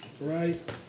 right